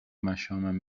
مشامم